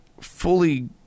fully